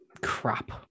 crap